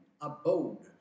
abode